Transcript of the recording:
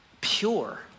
pure